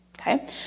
Okay